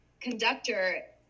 conductor